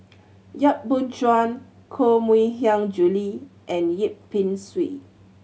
Yap Boon Chuan Koh Mui Hiang Julie and Yip Pin Xiu